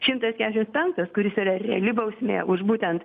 šimtas keturiasdešim penktas kuris yra reali bausmė už būtent